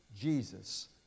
Jesus